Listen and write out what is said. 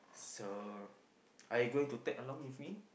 so are you going to tag along with me